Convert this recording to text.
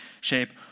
shape